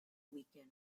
weekend